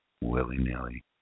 willy-nilly